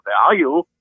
value